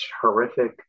horrific